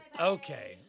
Okay